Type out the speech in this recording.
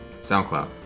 SoundCloud